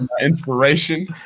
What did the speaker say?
inspiration